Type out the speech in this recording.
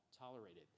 tolerated